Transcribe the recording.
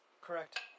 Correct